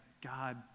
God